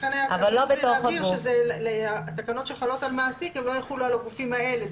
לכן היה צריך לבהיר שהתקנות שחלות על מעסיק לא יחולו על הגופים האלה.